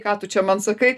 ką tu čia man sakai